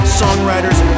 songwriters